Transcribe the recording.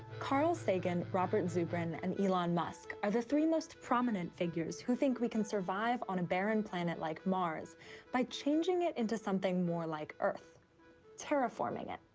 carl sagan, robert zubrin, and elon musk are the three most prominent figures who think we can survive on a barren planet like mars by changing it into something more like earth terraforming it.